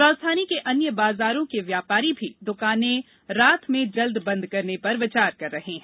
राजधानी के अन्य बाजारों के व्यापारी भी दुकाने रात में जल्द बंद करने पर विचार कर रहे हैं